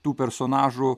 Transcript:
tų personažų